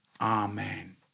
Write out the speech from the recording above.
Amen